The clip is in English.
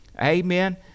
amen